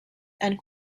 and